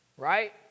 Right